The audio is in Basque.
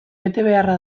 betebeharra